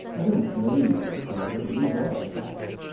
i don't blame you, ricardo. these are facts,